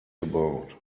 gebaut